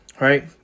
right